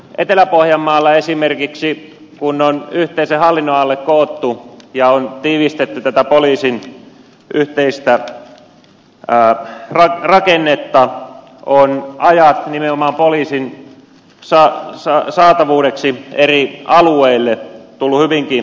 etelä pohjanmaalla esimerkiksi kun on yhteisen hallinnon alle koottu ja tiivistetty poliisin yhteistä rakennetta ovat ajat nimenomaan poliisin saatavuudeksi eri alueille tulleet hyvinkin pitkiksi